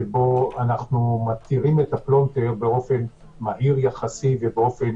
שבו אנחנו מתירים את הפלונטר באופן מהיר יחסי ובאופן